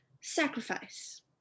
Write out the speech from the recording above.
sacrifice